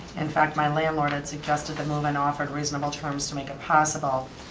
in fact, my landlord had suggested the move and offered reasonable terms to make it possible.